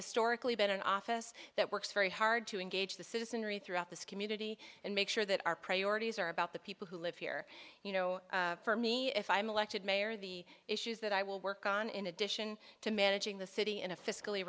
historically been an office that works very hard to engage the citizenry throughout this community and make sure that our priorities are about the people who live here you know for me if i'm elected mayor the issues that i will work on in addition to managing the city in a fiscally